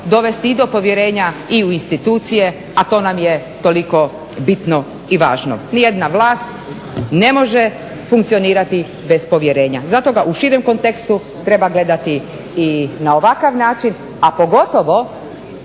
dovesti i do povjerenja i u institucije a to nam je toliko bitno i važno. Ni jedna vlast ne može funkcionirati bez povjerenja. Zato ga u širem kontekstu treba gledati i na ovakav način a pogotovo